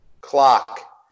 Clock